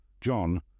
John